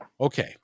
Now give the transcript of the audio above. okay